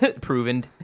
Proven